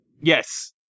yes